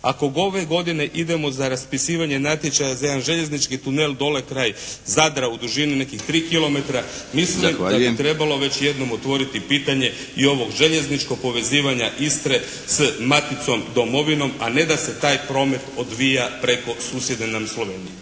ako ove godine idemo za raspisivanje natječaja za jedan željeznički tunel dole kraj Zadra u dužini nekih 3 kilometra, mislim da bi trebalo već jednom otvoriti pitanje i ovog željezničkog povezivanja Istre s maticom domovinom a ne da se taj promet odvija preko susjedne nam Slovenije.